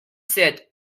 cet